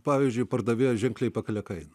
pavyzdžiui pardavėjas ženkliai pakelia kainą